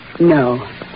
No